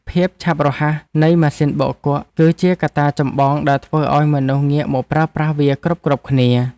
ភាពឆាប់រហ័សនៃម៉ាស៊ីនបោកគក់ គឺជាកត្តាចម្បងដែលធ្វើឱ្យមនុស្សងាកមកប្រើប្រាស់វាគ្រប់ៗគ្នា។